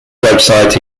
website